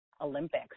Olympics